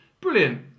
Brilliant